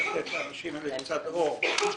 לתת לאנשים האלה קצת אור.